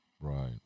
Right